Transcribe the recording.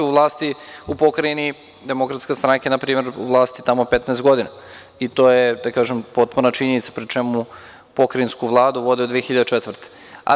U vlasti u pokrajini Demokratske stranke, na primer, u vlasti tamo 15 godina i to je, da kažem, potpuna činjenica pri čemu pokrajinsku Vladu vode od 2004. godine.